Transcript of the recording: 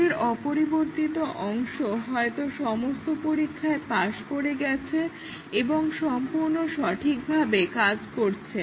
কোডের অপরিবর্তিত অংশ হয়তো সমস্ত পরীক্ষায় পাশ করে গেছে এবং সম্পূর্ণ সঠিকভাবে কাজ করছে